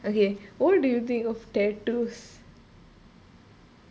okay what do you think of tattoos